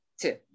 two